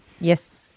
Yes